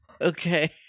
Okay